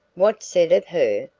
what's said of her?